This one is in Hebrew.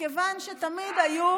מכיוון שתמיד היו,